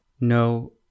No